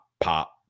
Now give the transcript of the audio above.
pop